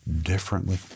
differently